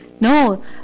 No